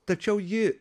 tačiau ji